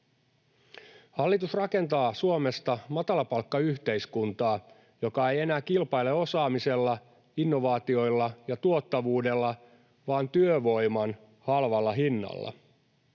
Hallitus rakentaa Suomesta matalapalkkayhteiskuntaa, joka ei enää kilpaile osaamisella, innovaatioilla ja tuottavuudella vaan työvoiman halvalla hinnalla.